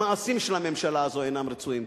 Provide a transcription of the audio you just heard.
המעשים של הממשלה הזאת אינם רצויים.